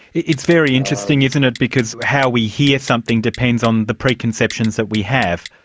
yeah it's very interesting, isn't it, because how we hear something depends on the preconceptions that we have.